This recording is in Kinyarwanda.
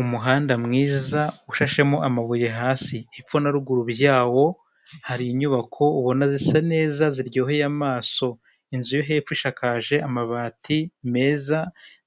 Umuhanda mwiza ushashemo amabuye hasi, hepfo na ruguru byawo hari inyubako ubona zisa neza ziryoheye amaso, inzu yo hepfo ishakaje amabati meza